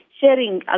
sharing